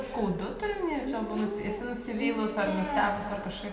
skaudu turi omeny ar čia buv esi nusivylus ar nustebus ar kažkaip